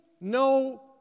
no